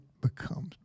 becomes